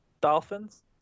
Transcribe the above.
Dolphins